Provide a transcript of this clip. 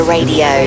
Radio